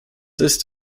ist